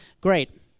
great